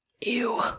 ew